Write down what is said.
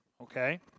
Okay